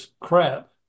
crap